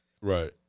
right